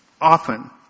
often